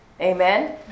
Amen